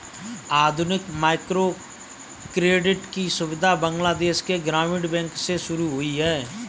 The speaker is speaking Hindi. आधुनिक माइक्रोक्रेडिट की सुविधा बांग्लादेश के ग्रामीण बैंक से शुरू हुई है